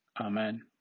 Amen